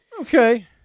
Okay